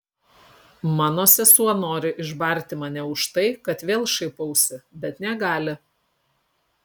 mano sesuo nori išbarti mane už tai kad vėl šaipausi bet negali